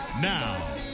Now